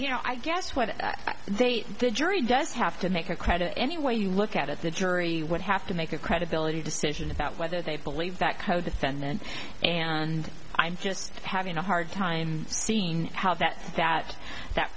know i guess what they did jury does have to make a credit any way you look at it the jury would have to make a credibility decision about whether they believe that codefendant and i'm just having a hard time seen how that that that